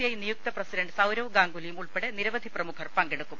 I നിയുക്ത president Sourav ഗാംഗു ലിയും ഉൾപ്പെടെ നിരവധി പ്രമുഖർ പങ്കെടുക്കും